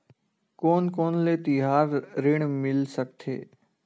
कोन कोन ले तिहार ऋण मिल सकथे?